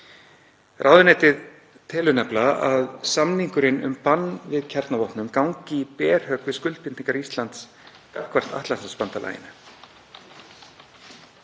Ráðuneytið telur að samningurinn um bann við kjarnavopnum gangi í berhögg við skuldbindingar Íslands gagnvart Atlantshafsbandalaginu.